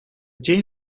chain